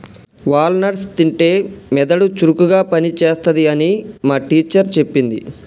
wall nuts తింటే మెదడు చురుకుగా పని చేస్తది అని మా టీచర్ చెప్పింది